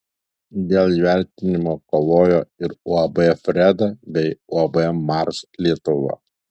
dėl įvertinimo kovojo ir uab freda bei uab mars lietuva